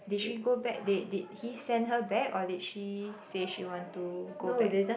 did she go back they did he send her back or did she say she want to go back